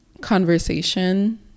conversation